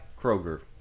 Kroger